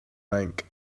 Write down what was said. bank